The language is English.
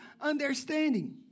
understanding